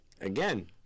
again